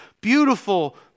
beautiful